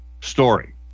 story